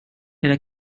era